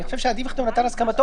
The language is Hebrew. אני חושב שעדיף לכתוב: נתן הסכמתו.